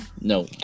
No